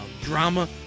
drama